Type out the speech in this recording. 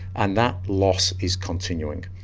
and that loss is continuing.